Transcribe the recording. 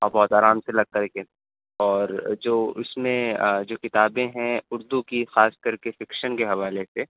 اور بہت آرام سے لگتا ہے کہ اور جو اس میں جو کتابیں ہیں اردو کی خاص کر کے فکشن کے حوالے سے